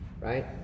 right